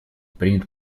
принят